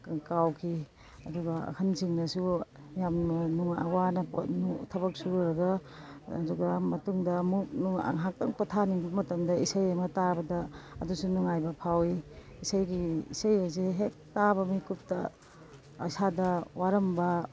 ꯀꯥꯎꯈꯤ ꯑꯗꯨꯒ ꯑꯍꯟꯁꯤꯡꯅꯁꯨ ꯌꯥꯝꯅ ꯋꯥꯅ ꯊꯕꯛ ꯁꯨꯔꯨꯔꯒ ꯑꯗꯨꯒ ꯃꯇꯨꯡꯗ ꯑꯃꯨꯛ ꯉꯥꯏꯍꯥꯛꯇꯪ ꯄꯣꯊꯥꯅꯤꯡꯕ ꯃꯇꯝꯗ ꯏꯁꯩ ꯑꯃ ꯇꯥꯕꯗ ꯑꯗꯨꯁꯨ ꯅꯨꯡꯉꯥꯏꯕ ꯐꯥꯎꯏ ꯏꯁꯩꯒꯤ ꯏꯁꯩ ꯍꯥꯏꯁꯦ ꯍꯦꯛ ꯇꯥꯕ ꯃꯤꯀꯨꯞꯇ ꯏꯁꯥꯗ ꯋꯥꯔꯝꯕ